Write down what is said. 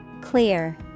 Clear